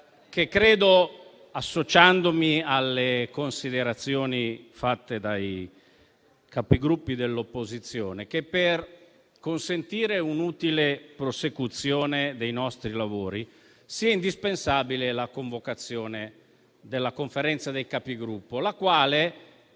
Presidente. Associandomi alle considerazioni fatte dai Capigruppo dell'opposizione, per consentire un'utile prosecuzione dei nostri lavori, credo sia indispensabile la convocazione della Conferenza dei Capigruppo, la quale,